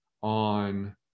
on